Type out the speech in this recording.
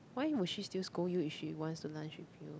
why would she still scold you if she wants to lunch with you